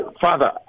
Father